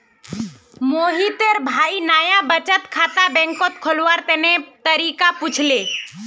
मोहितेर भाई नाया बचत खाता बैंकत खोलवार तने तरीका पुछले